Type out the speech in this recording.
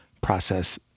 process